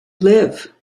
live